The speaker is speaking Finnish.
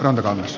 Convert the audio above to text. rantakangas